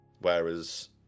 Whereas